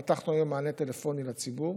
פתחנו היום מענה טלפוני לציבור